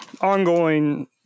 ongoing